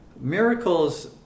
Miracles